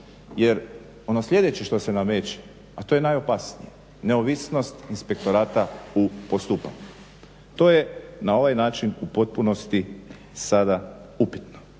Jer ono sljedeće što se nameće a to je najopasnije, neovisnost inspektorata u postupanju. To je na ovaj način u potpunosti sada upitno.